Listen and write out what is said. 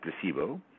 placebo